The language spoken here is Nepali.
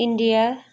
इन्डिया